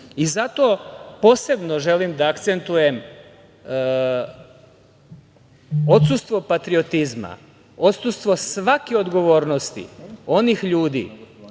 posebno želim da akcentujem odsustvo patriotizma, odsustvo svake odgovornosti onih ljudi